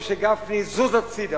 משה גפני, זוז הצדה.